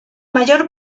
mayor